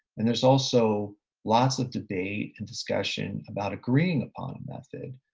and there's also lots of debate and discussion about agreeing upon a method.